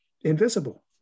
invisible